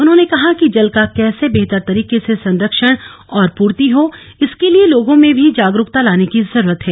उन्होंने कहा कि जल का कैसे बेहतर तरीके से संरक्षण और पूर्ति हो इसके लिए लोगों में भी जागरूकता लाने की जरूरत है